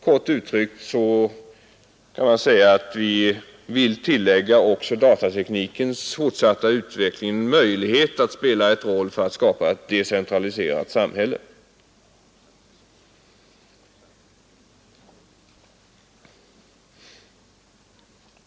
Kort uttryckt kan man säga, att vi vill tillägga också datateknikens fortsatta utveckling en möjlighet att spela en roll för skapandet av ett decentraliserat samhälle.